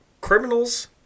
criminals